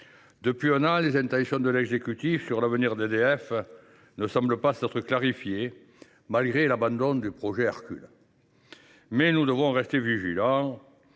Depuis un an, les intentions de l’exécutif sur l’avenir d’EDF ne sont pas plus claires, malgré l’abandon du projet Hercule. Mais nous devons rester vigilants.